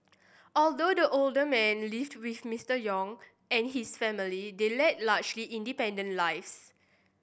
although the older man lived with Mister Yong and his family they led largely independent lives